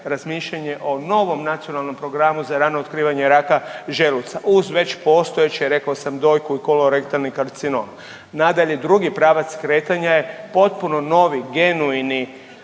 razmišljanje o novom nacionalnom programu za rano otkrivanje raka želuca uz već postojeće rekao sam dojku i kolorektalni karcinom. Nadalje, drugi pravac kretanja je potpuno novi genuini,